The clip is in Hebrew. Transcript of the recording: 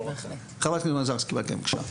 חברת הכנסת מזרסקי בבקשה.